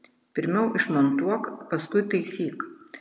pirmiau išmontuok paskui taisyk